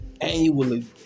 annually